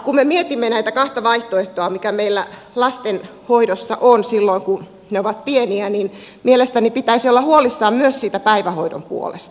kun me mietimme näitä kahta vaihtoehtoa mitkä meillä lastenhoidossa on silloin kun lapset ovat pieniä niin mielestäni pitäisi olla huolissaan myös siitä päivähoidon puolesta